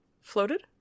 Floated